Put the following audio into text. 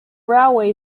railway